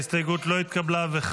ההסתייגות לא התקבלה.